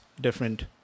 different